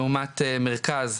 לעומת מרכז,